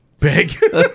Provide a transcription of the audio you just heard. Big